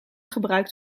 gebruikt